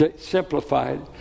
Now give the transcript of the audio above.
simplified